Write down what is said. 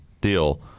deal